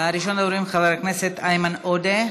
ראשון הדוברים, חבר הכנסת איימן עודה,